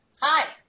Hi